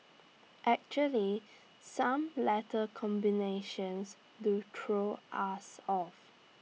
actually some letter combinations do throw us off